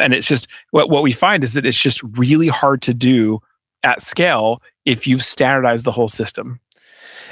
and just what what we find is that it's just really hard to do at scale if you've standardized the whole system